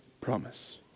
promise